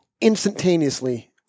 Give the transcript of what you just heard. instantaneously